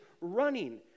running